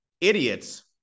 idiots